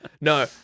No